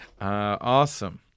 awesome